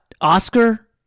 Oscar